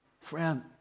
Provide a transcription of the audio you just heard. Friend